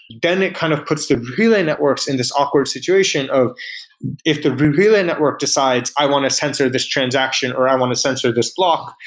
then it kind of puts the relay networks in this awkward situation of if the relay network decides i want to sensor this transaction, or i want to sensor this block,